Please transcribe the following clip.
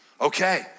Okay